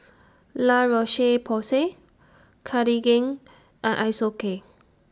La Roche Porsay Cartigain and Isocal